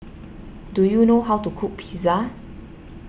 do you know how to cook Pizza